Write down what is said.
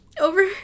over